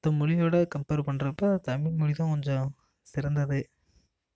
மற்ற மொழியோட கம்ப்பேர் பண்றப்ப தமிழ்மொழி தான் கொஞ்சம் சிறந்தது